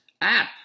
app